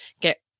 get